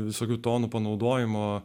visokių tonų panaudojimo